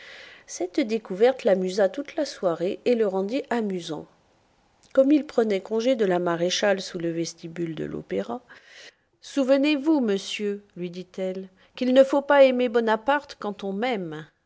cette découverte l'amusa toute la soirée et le rendit amusant comme il prenait congé de la maréchale sous le vestibule de l'opéra souvenez-vous monsieur lui dit-elle qu'il ne faut pas aimer bonaparte quand on m'aime